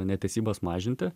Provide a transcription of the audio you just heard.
netesybas mažinti